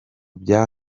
bya